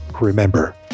remember